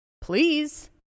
please